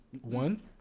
One